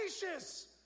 gracious